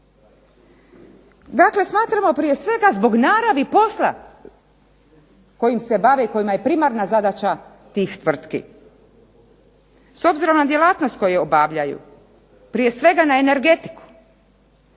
Dakle, smatramo prije svega zbog naravi posla kojim se bave kojima je primarna zadaća tih tvrtki. S obzirom na djelatnost koju obavljaju prije svega na energetiku,